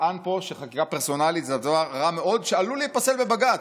טען פה שחקיקה פרסונלית זה דבר רע מאוד ועלול להיפסל בבג"ץ.